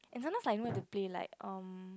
and sometimes like you know have to play like um